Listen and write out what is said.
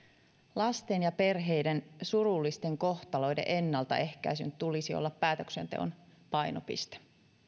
lasten ja perheiden surullisten kohtaloiden ennaltaehkäisyn tulisi olla päätöksenteon painopiste